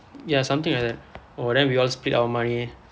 ya something like that oh then we all split our money